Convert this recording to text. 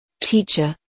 Teacher